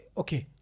okay